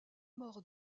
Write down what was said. mort